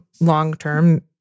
long-term